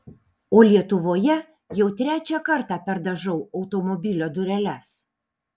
o lietuvoje jau trečią kartą perdažau automobilio dureles